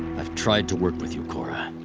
i've tried to work with you korra,